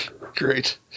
Great